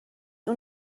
اون